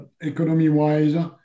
economy-wise